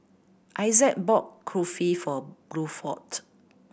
Issac bought Kulfi for Bluford